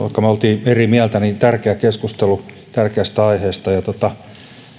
me olimme eri mieltä niin tärkeä keskustelu tärkeästä aiheesta